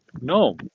No